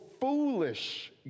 foolish